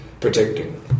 protecting